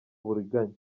uburiganya